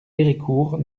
héricourt